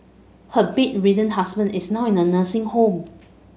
her bedridden husband is in a nursing home